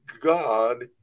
god